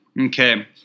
okay